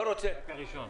לא רוצה.